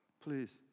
please